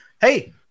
hey